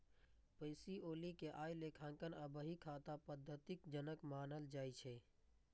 Pacioli कें आइ लेखांकन आ बही खाता पद्धतिक जनक मानल जाइ छै